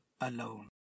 alone